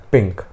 Pink